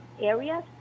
areas